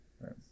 right